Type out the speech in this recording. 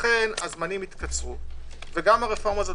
לכן הזמנים יתקצרו וגם הרפורמה הזאת